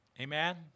Amen